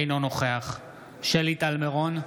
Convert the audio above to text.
אינו נוכח שלי טל מירון,